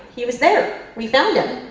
he was there. we found him.